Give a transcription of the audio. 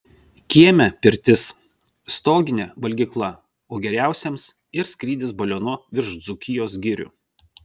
kieme pirtis stoginė valgykla o geriausiems ir skrydis balionu virš dzūkijos girių